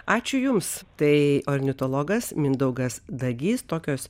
ačiū jums tai ornitologas mindaugas dagys tokios